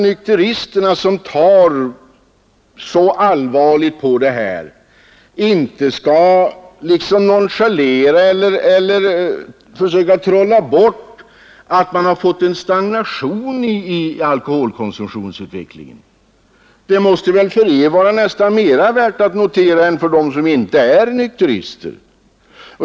Nykteristerna, som tar så allvarligt på denna fråga, skall alltså inte försöka trolla bort den omständigheten att det har blivit en stagnation i alkoholkonsumtionsutvecklingen. Det måste väl för er vara värt att notera i nästan högre grad än för dem som inte är nykterister.